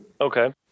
Okay